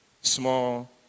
Small